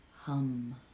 Hum